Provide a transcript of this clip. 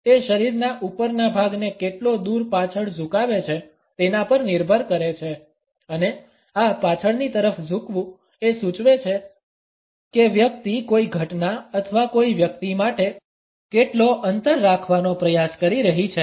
તે શરીરના ઉપરના ભાગને કેટલો દૂર પાછળ ઝુકાવે છે તેના પર નિર્ભર કરે છે અને આ પાછળની તરફ ઝૂકવું એ સૂચવે છે કે વ્યક્તિ કોઈ ઘટના અથવા કોઈ વ્યક્તિ માટે કેટલો અંતર રાખવાનો પ્રયાસ કરી રહી છે